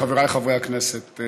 חבריי חברי הכנסת,